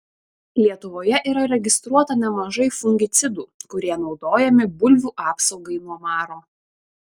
lietuvoje yra registruota nemažai fungicidų kurie naudojami bulvių apsaugai nuo maro